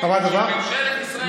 בדיוק, של ממשלת ישראל.